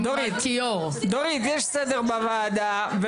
לא בסדר,